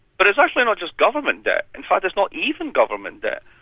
but it's actually not just government debt. in fact it's not even government debt.